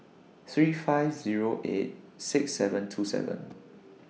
three five Zero eight six seven two seven